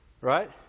Right